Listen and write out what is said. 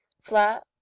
flat